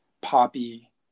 poppy